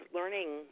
learning